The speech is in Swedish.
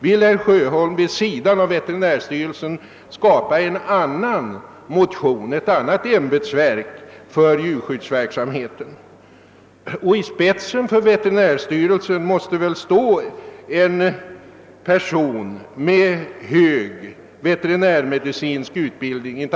Vill herr Sjöholm vid sidan av veterinärstyrelsen tillskapa ett annat ämbetsverk för djurskyddsverksamheten? I spetsen för veterinärstyrelsen står, inte annat än jag kan begripa, en person med hög veterinärme dicinsk utbildning.